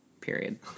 Period